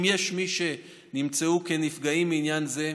אם יש מי שנמצאו כנפגעים מעניין זה,